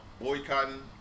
boycotting